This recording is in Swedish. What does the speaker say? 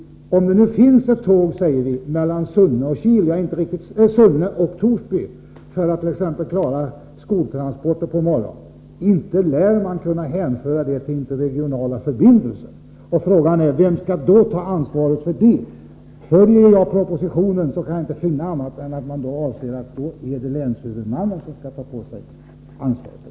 Om det nu går ett tåg mellan Sunne och Torsby för att t.ex. klara skolskjutsarna på morgonen, lär man inte kunna hänföra detta till interregionala förbindelser. Frågan är då: Vem skall ta ansvar för detta tåg? Följer jag propositionen, kan jag inte finna annat än att man avser att länshuvudmannen skall ta på sig ansvaret.